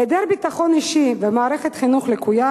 היעדר ביטחון אישי ומערכת חינוך לקויה